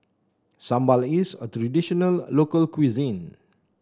sambal is a traditional local cuisine